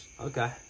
Okay